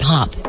Hop